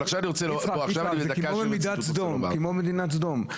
יצחק, זה כמו במיטת סדום, כמו במדינת סדום.